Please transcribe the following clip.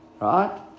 Right